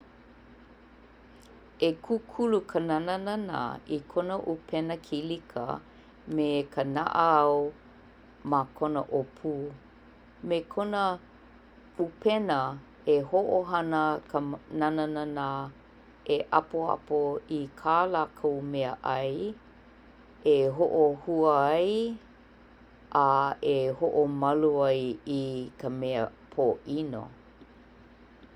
E kukulu ka nananana i kona ʻupena kilika me ka naʻau ma kona ʻōpū. Me kona ʻupena, e hoʻohana ka nananana e ʻapoʻapo i kā lākou mea ʻai e hoʻohua ai, a e hoʻomalu ai i ka mea pōʻino